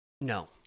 no